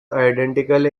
identical